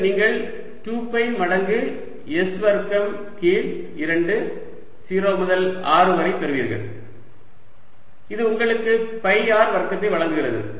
மேலும் நீங்கள் 2 பை மடங்கு s வர்க்கம் கீழ் 2 0 முதல் R வரை பெறுவீர்கள் இது உங்களுக்கு பை r வர்க்கத்தை வழங்குகிறது